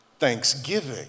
thanksgiving